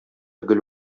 гөл